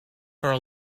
her